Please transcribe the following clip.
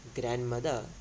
Grandmother